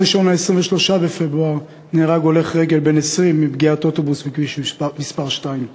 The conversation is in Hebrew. ראשון 23 בפברואר נהרג הולך רגל בן 20 מפגיעת אוטובוס בכביש מס' 2,